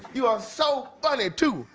you are so funny too.